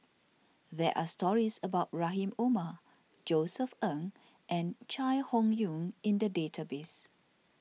there are stories about Rahim Omar Josef Ng and Chai Hon Yoong in the database